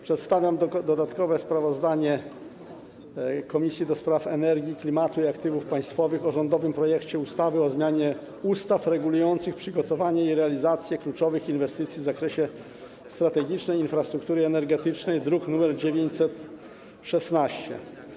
Przedstawiam dodatkowe sprawozdanie Komisji do Spraw Energii, Klimatu i Aktywów Państwowych o rządowym projekcie ustawy o zmianie ustaw regulujących przygotowanie i realizację kluczowych inwestycji w zakresie strategicznej infrastruktury energetycznej, druk nr 916.